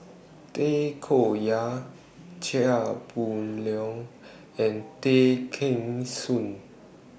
Tay Koh Yat Chia Boon Leong and Tay Kheng Soon